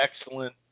excellent